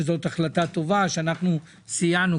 וזאת החלטה טובה וסייענו בה,